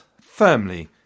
firmly